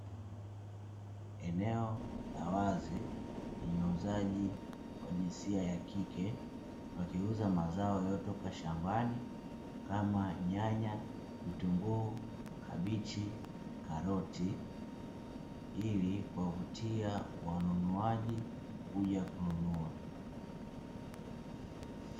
Eneo la wazi lenye wauzaji wa jinsia ya kike, wakiuza mazao yaliyotoka shambani kama nyanya, vitunguu, kibichi, karoti, ili kuwavutia wanunuaji kuja kununua.